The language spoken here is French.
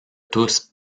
tous